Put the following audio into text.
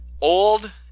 old